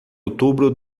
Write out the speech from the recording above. outubro